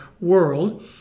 world